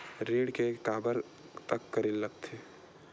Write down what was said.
ऋण के काबर तक करेला लगथे?